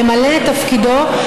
למלא את תפקידו,